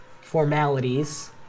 formalities